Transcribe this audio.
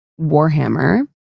warhammer